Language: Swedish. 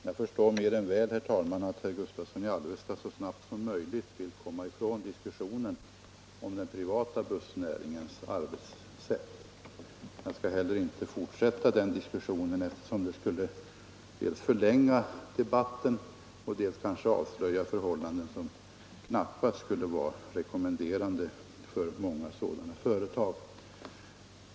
Herr talman! Jag förstår mer än väl att herr Gustavsson i Alvesta så snabbt som möjligt vill komma ifrån diskussionen om den privata bussnäringens arbetssätt. Inte heller jag skall fortsätta den diskussionen, eftersom det skulle dels förlänga debatten, dels kanske avslöja förhållanden som knappast skulle vara rekommenderande för många sådana företag.